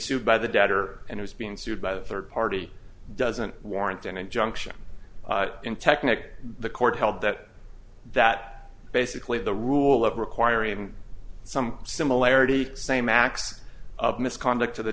sued by the debtor and is being sued by the third party doesn't warrant an injunction in technic the court held that that basically the rule of requiring some similarity same acts of misconduct